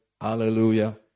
Hallelujah